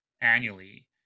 annually